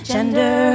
Gender